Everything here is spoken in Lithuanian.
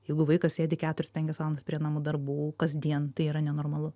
jeigu vaikas sėdi keturias penkias valandas prie namų darbų kasdien tai yra nenormalu